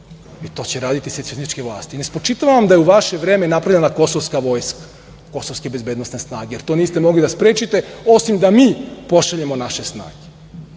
i to će raditi secesionističke vlasti. Ne spočitavam da je u vaše vreme napravljena kosovska vojska, kosovske bezbednosne snage, jer to niste mogli da sprečite, osim da mi pošaljemo naše snage.